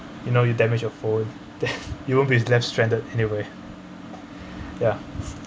you know you damage your phone then you won't be left stranded anyway ya